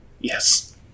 Yes